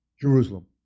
Jerusalem